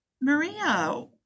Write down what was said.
Maria